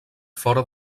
fora